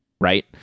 right